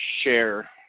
share